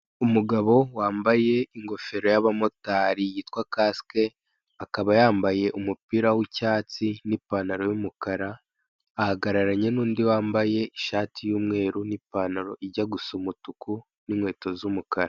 Umugabo wambaye ingofero y'abamotari uotwa kasike; akaba yambaye umupira w'icyatsi n'ipantaro y'umukara. Ahagararanye n'indi wambaye ishati y'umweru n'ipantaro ijya gusa umutuku, n'inkweto z'umukara.